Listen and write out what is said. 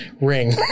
Ring